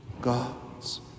God's